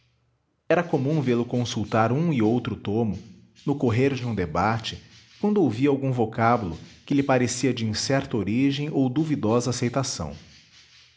era comum vê-lo consultar um e outro tomo no correr de um debate quando ouvia algum vocábulo que lhe parecia de incerta origem ou duvidosa aceitação